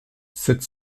sept